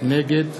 נגד